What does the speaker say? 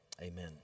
amen